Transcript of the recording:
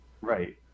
right